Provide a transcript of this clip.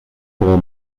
for